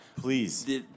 Please